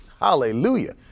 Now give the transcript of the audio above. Hallelujah